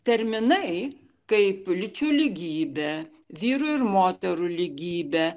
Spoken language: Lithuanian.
terminai kaip lyčių lygybė vyrų ir moterų lygybė